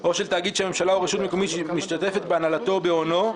או של תאגיד שהממשלה או רשות מקומית משתתפת בהנהלתו ובהונו,